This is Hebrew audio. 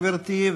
גברתי,